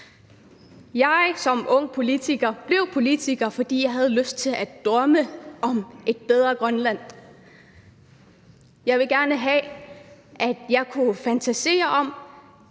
vil som ung politiker sige, at jeg blev politiker, fordi jeg havde lyst til at drømme om et bedre Grønland. Jeg ville gerne fantasere om,